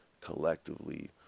collectively